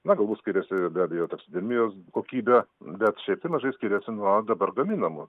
na galbūt skiriasi be abejo taksidermijos kokybė bet šiaip tai mažai skiriasi nuo dabar gaminamų